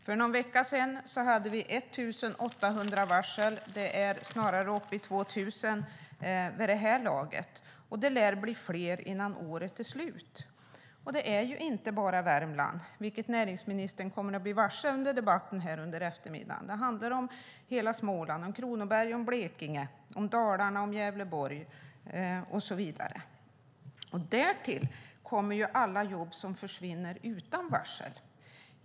För någon vecka sedan hade vi 1 800 varsel; det är snarare 2 000 vid det här laget. Det lär bli fler innan året är slut. Det gäller inte bara Värmland, vilket näringsministern kommer att bli varse under debatten i eftermiddag. Det handlar om hela Småland, om Kronoberg och Blekinge, om Dalarna, Gävleborg och så vidare. Därtill kommer alla jobb som försvinner utan varsel.